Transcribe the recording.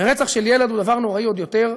ורצח של ילד הוא דבר נורא עוד יותר,